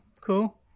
cool